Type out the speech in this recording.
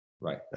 Right